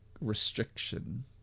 restriction